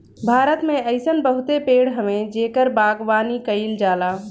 भारत में अइसन बहुते पेड़ हवे जेकर बागवानी कईल जाला